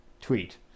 tweet